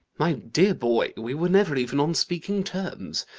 my dear boy, we were never even on speaking terms.